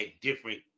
different